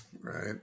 Right